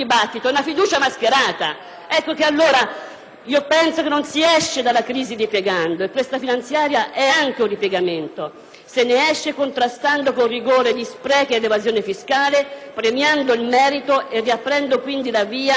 Penso che non si esca dalla crisi ripiegando e questo provvedimento è anche un ripiegamento; se ne esce contrastando con rigore gli sprechi e l'evasione fiscale, premiando il merito e riaprendo quindi la via a chi può aver fiducia in un Paese che non lo lasci solo,